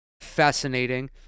fascinating